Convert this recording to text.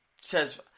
says